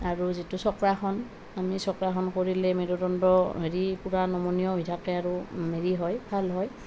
আৰু যিটো চক্ৰাশন আমি চক্ৰাশন কৰিলে মেৰুদণ্ড হেৰি পূৰা নমনীয় হৈ থাকে আৰু হেৰি হয় ভাল হয়